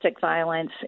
violence